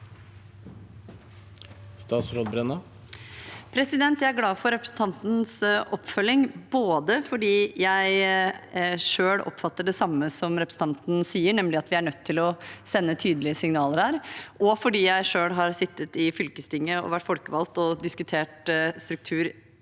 Jeg er glad for re- presentantens oppfølging, både fordi jeg selv oppfatter det samme som representanten sier, nemlig at vi er nødt til å sende tydelige signaler her, fordi jeg selv har sittet i fylkestinget og vært folkevalgt og diskutert struktur